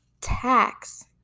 tax